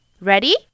Ready